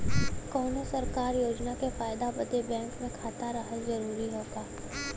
कौनो सरकारी योजना के फायदा बदे बैंक मे खाता रहल जरूरी हवे का?